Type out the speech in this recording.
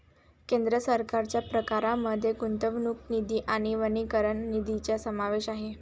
केंद्र सरकारच्या प्रकारांमध्ये गुंतवणूक निधी आणि वनीकरण निधीचा समावेश आहे